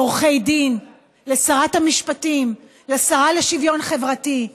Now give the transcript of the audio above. לעורכי דין, לשרת המשפטים, לשרה לשוויון חברתי,